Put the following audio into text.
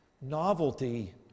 Novelty